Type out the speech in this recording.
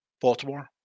Baltimore